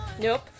nope